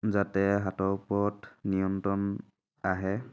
যাতে হাতৰ ওপৰত নিয়ন্ত্ৰণ আহে